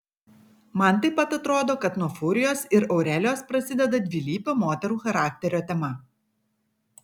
man taip pat atrodo kad nuo furijos ir aurelijos prasideda dvilypio moterų charakterio tema